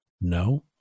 No